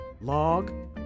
log